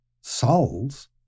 Souls